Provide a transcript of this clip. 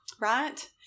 right